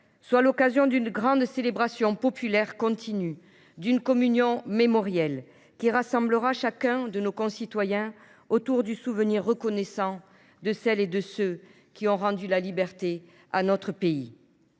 soit l’occasion d’une grande célébration populaire continue, d’une communion mémorielle qui rassemblera chacun de nos concitoyens autour du souvenir reconnaissant de celles et de ceux qui ont rendu la liberté à notre pays.